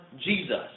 Jesus